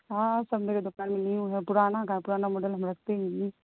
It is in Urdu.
ہاں سب میرے دکان میں نیو ہے پرانا کا پرانا ماڈل ہم رکھتے ہی نہیں ہیں